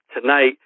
tonight